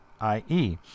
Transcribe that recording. I-E